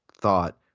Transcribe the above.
thought